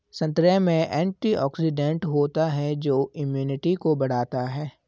संतरे में एंटीऑक्सीडेंट होता है जो इम्यूनिटी को बढ़ाता है